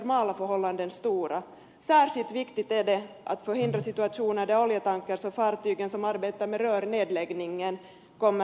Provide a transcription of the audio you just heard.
särskilt viktigt är det att förhindra situationer där oljetankers och fartygen som arbetar med rörnedläggningen kommer nära varandra